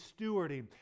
stewarding